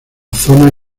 zona